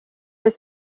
were